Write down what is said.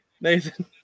Nathan